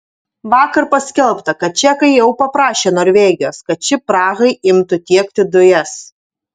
vakar paskelbta kad čekai jau paprašė norvegijos kad ši prahai imtų tiekti dujas